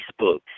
Facebook